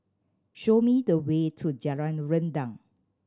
show me the way to Jalan Rendang